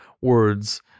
words